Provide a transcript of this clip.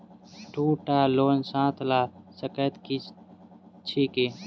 दु टा लोन साथ लऽ सकैत छी की?